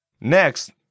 Next